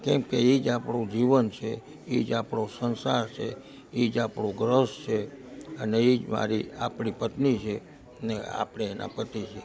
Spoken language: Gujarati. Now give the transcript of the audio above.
કેમકે એજ આપણું જીવન છે એજ આપણો સંસાર છે એજ આપનું ગૃહસ્થ છે અને એજ મારી આપણી પત્ની છે ને આપણે એના પતિ છીએ